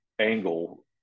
angle